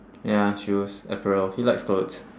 ya shoes apparel he likes clothes